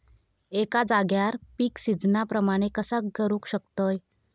एका जाग्यार पीक सिजना प्रमाणे कसा करुक शकतय?